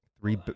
three